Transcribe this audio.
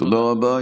תודה רבה.